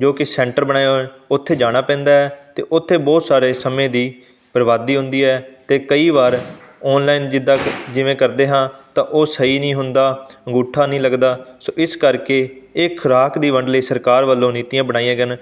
ਜੋ ਕਿ ਸੈਂਟਰ ਬਣਿਆ ਹੋਇਆ ਉੱਥੇ ਜਾਣਾ ਪੈਂਦਾ ਹੈ ਅਤੇ ਉੱਥੇ ਬਹੁਤ ਸਾਰੇ ਸਮੇਂ ਦੀ ਬਰਬਾਦੀ ਹੁੰਦੀ ਹੈ ਅਤੇ ਕਈ ਵਾਰ ਔਨਲਾਈਨ ਜਿੱਦਾਂ ਜਿਵੇਂ ਕਰਦੇ ਹਾਂ ਤਾਂ ਉਹ ਸਹੀ ਨਹੀਂ ਹੁੰਦਾ ਅੰਗੂਠਾ ਨਹੀਂ ਲੱਗਦਾ ਸੋ ਇਸ ਕਰਕੇ ਇਹ ਖੁਰਾਕ ਦੀ ਵੰਡ ਲਈ ਸਰਕਾਰ ਵਲੋਂ ਨੀਤੀਆਂ ਬਣਾਈਆਂ ਜਾਣ